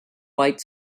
white